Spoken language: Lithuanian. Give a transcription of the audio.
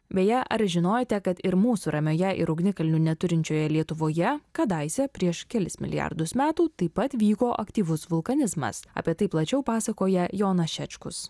beje ar žinojote kad ir mūsų ramioje ir ugnikalnių neturinčioje lietuvoje kadaise prieš kelis milijardus metų taip pat vyko aktyvus vulkanizmas apie tai plačiau pasakoja jonas šečkus